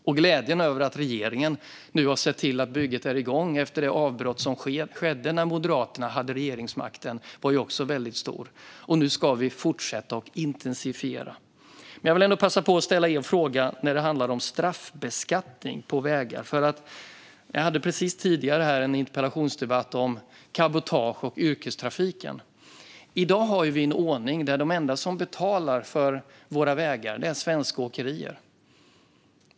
Och glädjen över att regeringen nu har sett till att bygget är igång efter det avbrott som skedde när Moderaterna hade regeringsmakten var också väldigt stor. Nu ska vi fortsätta att intensifiera. Men jag vill ändå passa på att ställa en fråga om det som Elisabeth Björnsdotter Rahm kallar straffbeskattning på vägar. Vi hade precis en interpellationsdebatt om cabotage och yrkestrafiken. I dag har vi en ordning där de enda som betalar för våra vägar är svenska åkerier.